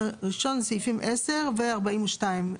סעיפים 10 ו-42.